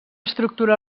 estructura